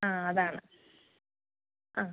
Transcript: ആ അതാണ് ആ